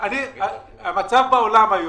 אני שנים מסתובב פה בכנסת.